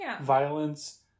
violence